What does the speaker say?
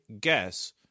guess